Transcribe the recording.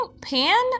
pan